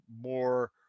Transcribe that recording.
more